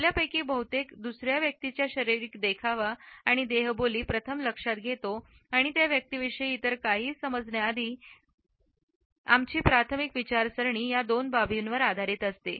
आपल्यापैकी बहुतेक दुसऱ्या व्यक्तीचा शारीरिक देखावा आणि देहबोली प्रथम लक्षात घेतात आणि आणि त्या व्यक्तीविषयी इतर काहीही समजणे आधी आणि आमची प्राथमिक विचारसरणी या दोन बाबींवर आधारित असते